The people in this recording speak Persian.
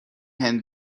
هند